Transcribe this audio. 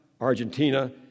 Argentina